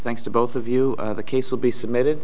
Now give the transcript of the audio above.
thanks to both of you the case will be submitted